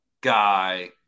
guy